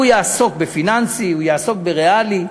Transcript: הוא יעסוק בפיננסי, הוא יעסוק בריאלי.